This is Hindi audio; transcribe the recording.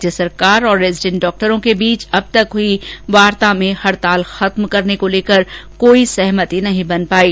राज्य सरकार और रेजीडेंट डॉक्टरों के बीच अब तक हुई वार्ता में हड़ताल खत्म करने को लेकर कोई सहमति नहीं बन पायी